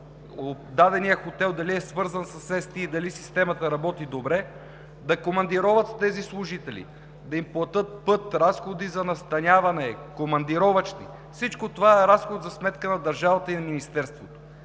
дадения хотел – дали е свързан с ЕСТИ, дали системата работи добре, да командироват тези служители, да им платят път, разходи за настаняване, командировъчни. Всичко това е разход за сметка на държавата и Министерството.